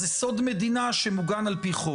זה סוד מדינה שמוגן על פי חוק.